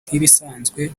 nk’ibisanzwe